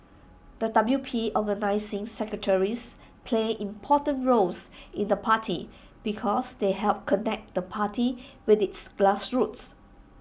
the W P organising secretaries play important roles in the party because they help connect the party with its grassroots